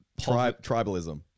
Tribalism